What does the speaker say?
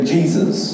Jesus